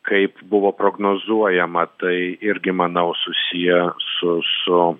kaip buvo prognozuojama tai irgi manau susiję su su